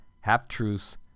half-truths